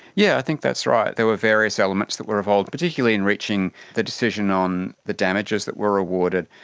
yeah i think that's right. there were various elements that were involved, particularly in reaching the decision on the damages that were awarded.